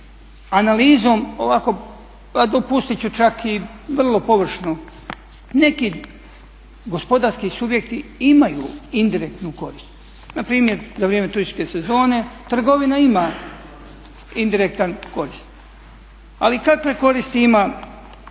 Analizom ovako pa dopustit ću čak i vrlo površno, neki gospodarski subjekti imaju indirektnu korist, npr. za vrijeme turističke sezone trgovina ima indirektnu korist. Ali kakve koristi ima